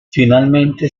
finalmente